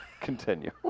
Continue